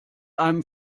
einem